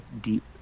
deep